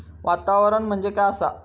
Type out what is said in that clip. वातावरण म्हणजे काय असा?